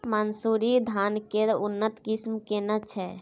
मानसुरी धान के उन्नत किस्म केना छै?